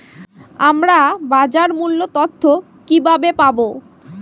আমরা বাজার মূল্য তথ্য কিবাবে পাবো?